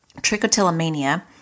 trichotillomania